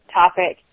topic